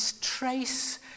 trace